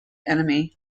enemy